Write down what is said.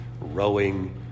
rowing